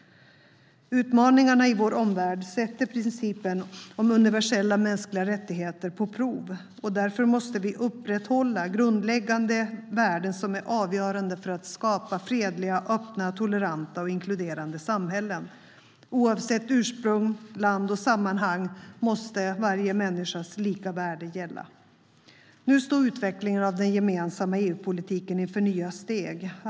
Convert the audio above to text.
Utmaningarna i vår omvärld sätter principen om universella mänskliga rättigheter på prov. Därför måste vi upprätthålla grundläggande värden som är avgörande för att skapa fredliga, öppna, toleranta och inkluderande samhällen. Oavsett ursprung, land och sammanhang måste varje människas lika värde gälla. Nu står utvecklingen av den gemensamma EU-politiken inför nya steg.